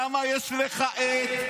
למה יש לך עט,